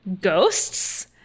ghosts